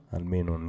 almeno